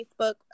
Facebook